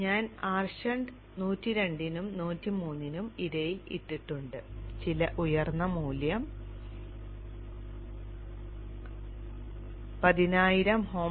ഞാൻ Rshunt 102 നും 103 നും ഇടയിൽ ഇട്ടിട്ടുണ്ട് ചില ഉയർന്ന മൂല്യം 10000 ohms